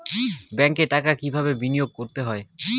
ব্যাংকে টাকা কিভাবে বিনোয়োগ করতে হয়?